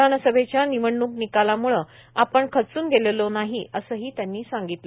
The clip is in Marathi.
विधानसभेच्या निवडणूक निकालामुळे आपण खचून गेलेलो नाही असंही त्यांनी सांगिलं